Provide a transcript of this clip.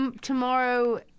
Tomorrow